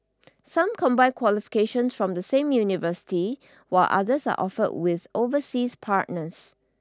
some combine qualifications from the same university while others are offered with overseas partners